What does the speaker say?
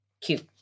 cute